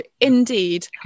indeed